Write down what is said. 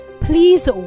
please